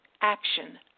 action